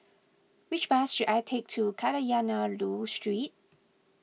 which bus should I take to Kadayanallur Street